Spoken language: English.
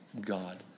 God